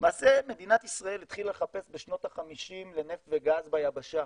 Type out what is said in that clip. למעשה מדינת ישראל התחילה לחפש בשנות ה-50 נפט וגז ביבשה,